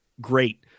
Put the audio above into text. Great